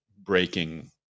breaking